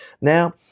Now